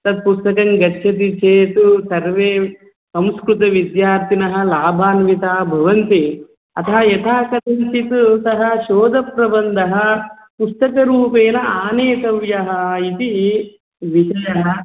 तत् पुस्तकं गच्छति चेत् सर्वे संस्कृतविद्यार्थिनः लाभान्विताः भवन्ति अतः यथा कथञ्चित् सः शोदप्रबन्धः पुस्तकरूपेण आनेतव्यः इति विषयः